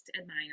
admire